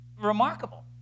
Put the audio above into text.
Remarkable